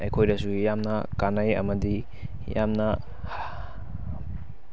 ꯑꯩꯈꯣꯏꯗꯁꯨ ꯌꯥꯝꯅ ꯀꯥꯟꯅꯩ ꯑꯃꯗꯤ ꯌꯥꯝꯅ